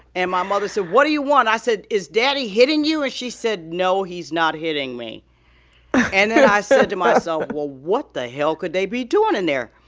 and my mother said, what do you want? i said, is daddy hitting you? and she said, no, he's not hitting me and then, i said to myself, well, what the hell could they be doing in there?